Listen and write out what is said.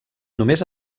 només